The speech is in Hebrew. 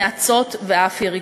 נאצות ואף יריקות.